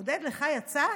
עודד, לך יצא?